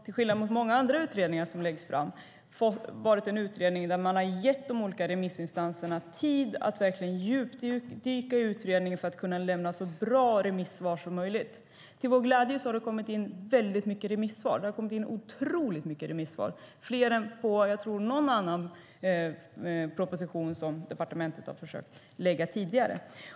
Till skillnad från många andra utredningar som läggs fram har det dessutom varit en utredning där man gett de olika remissinstanserna tid att verkligen djupdyka i den för att kunna lämna så bra remissvar som möjligt. Till vår glädje har det kommit in oerhört många remissvar, fler än på kanske någon annan utredning som legat till grund för propositioner som departementet lagt fram.